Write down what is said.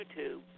YouTube